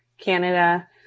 Canada